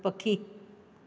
पखी